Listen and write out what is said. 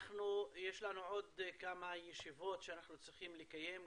יש לנו עוד כמה ישיבות שאנחנו צריכים לקיים,